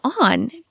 on